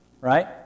Right